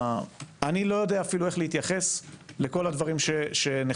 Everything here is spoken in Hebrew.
אני לא יודע אפילו איך להתייחס לכל הדברים שנחשפו